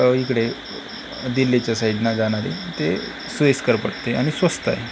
प इकडे दिल्लीच्या साईडना जाणारी ते सोयिस्कर पडते आणि स्वस्त आहे